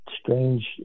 strange